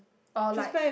or like